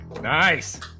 Nice